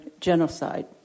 genocide